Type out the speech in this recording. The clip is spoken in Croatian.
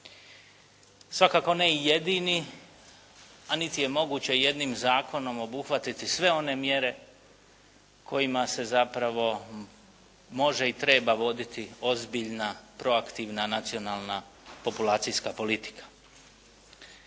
Svakako ne i jedini, a niti je moguće jednim zakonom obuhvatiti sve one mjere kojima se zapravo može i treba voditi ozbiljna proaktivna nacionalna populacijska politika.